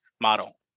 model